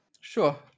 Sure